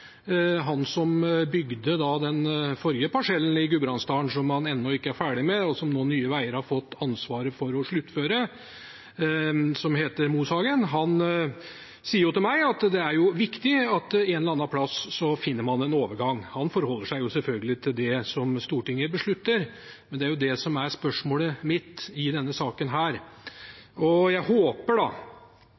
Han som bygde den forrige parsellen i Gudbrandsdalen – Moshagen heter han – som man ennå ikke er ferdig med, og som Nye Veier nå har fått ansvaret for å sluttføre, sa til meg at det er viktig at man en eller annen plass finner en overgang. Han forholder seg selvfølgelig til det Stortinget beslutter, men det er det som er spørsmålet mitt i denne saken. Jeg håper